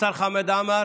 השר חמד עמאר,